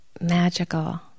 magical